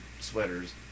sweaters